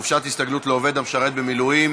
חופשת הסתגלות לעובד המשרת במילואים,